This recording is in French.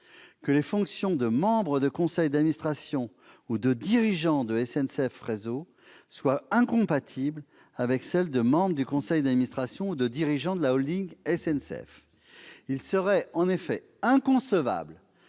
que les fonctions de membre de conseil d'administration ou de dirigeant de SNCF Réseau soient incompatibles avec celles de membre du conseil d'administration ou de dirigeant de la SNCF. Il serait effectivement inconcevable